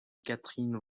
catherine